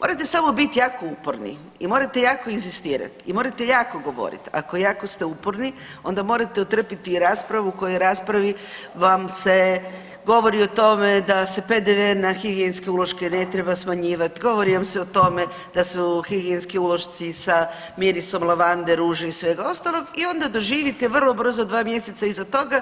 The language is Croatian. Morate samo biti jako uporni i morate jako inzistirat i morate jako govorit, ako jako ste uporni onda morate otrpiti i raspravu u kojoj raspravi vam se govori o tome da se PDV na higijenske uloške ne treba smanjivati, govori vam se o tome da su higijenski ulošci sa mirisom lavande, ruže i svega ostalog i onda doživite vrlo brzo 2 mjeseca iza toga